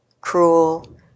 cruel